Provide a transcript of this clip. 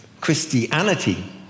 Christianity